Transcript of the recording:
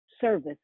service